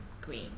green